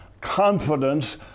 confidence